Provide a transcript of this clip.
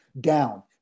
down